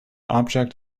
object